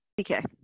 okay